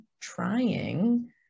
trying